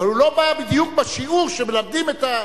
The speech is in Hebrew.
אבל הוא לא בא בדיוק בשיעור כשמלמדים את,